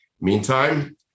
Meantime